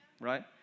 Right